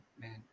man